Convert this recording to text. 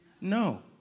no